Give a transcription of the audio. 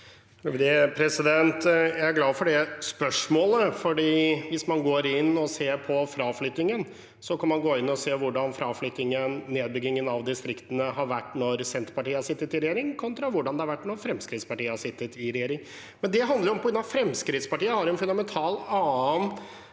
Jeg er glad for det spørsmålet, for hvis man går inn og ser på fraflyttingen, kan man se hvordan fraflyttingen og nedbyggingen av distriktene har vært når Senterpartiet har sittet i regjering, kontra hvordan det har vært når Fremskrittspartiet har sittet i regjering. Det handler om hvordan Fremskrittspartiet har en fundamentalt annen